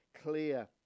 clear